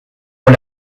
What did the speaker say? ont